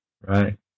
Right